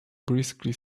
briskly